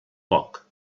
poc